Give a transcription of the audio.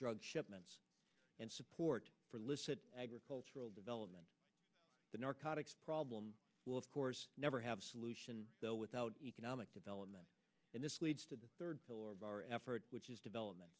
drug shipments and support for illicit agricultural development the narcotics problem will of course never have solution though without economic development and this leads to the third pillar of our effort which is development